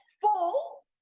full